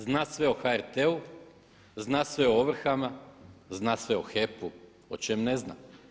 Zna sve o HRT-u, zna sve o ovrhama, zna sve o HEP-u, o čem ne zna.